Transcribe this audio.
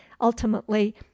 ultimately